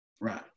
right